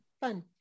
fun